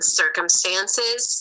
circumstances